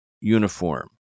uniform